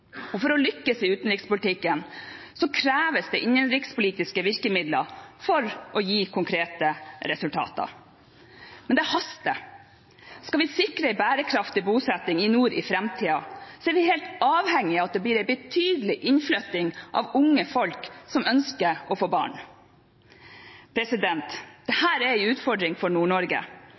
politikk. For å lykkes i utenrikspolitikken kreves det innenrikspolitiske virkemidler for å gi konkrete resultater, men det haster. Skal vi sikre en bærekraftig bosetting i nord i framtiden, er vi helt avhengige av at det blir en betydelig innflytting av unge folk som ønsker å få barn. Dette er en utfordring for